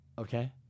okay